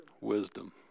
Wisdom